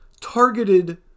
targeted